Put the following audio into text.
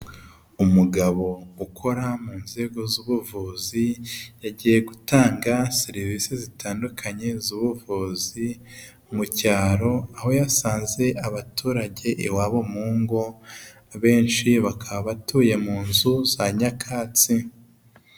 Umugabo ukora mu nzego z'ubuvuzi, yagiye gutanga serivisi zitandukanye z'ubuvuzi mu cyaro, aho yasanze abaturage iwabo mu ngo, benshi bakaba batuye mu nzu za nyakatsi.